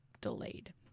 delayed